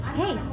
hey